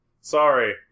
Sorry